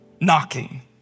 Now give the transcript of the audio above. knocking